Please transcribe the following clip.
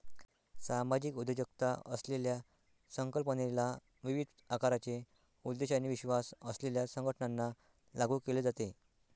सामाजिक उद्योजकता असलेल्या संकल्पनेला विविध आकाराचे उद्देश आणि विश्वास असलेल्या संघटनांना लागू केले जाते